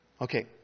Okay